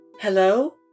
Hello